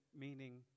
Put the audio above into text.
meaning